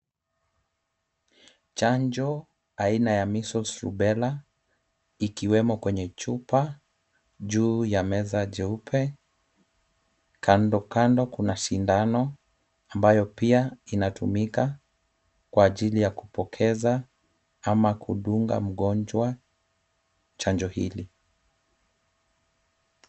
Chanjo aina ya measles rubella ikiwemo kwenye chupa, juu ya meza jeupe. Kando kando kuna sindano ambayo pia inatumika kwa ajili ya kupokeza ama kudunga mgonjwa Chanjo hii.